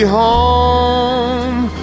home